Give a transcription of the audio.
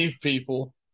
people